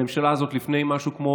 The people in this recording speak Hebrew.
הממשלה הזאת, לפני משהו כמו